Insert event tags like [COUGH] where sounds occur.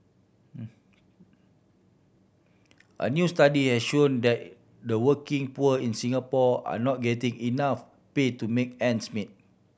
[NOISE] a new study has shown that the working poor in Singapore are not getting enough pay to make ends meet